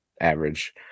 average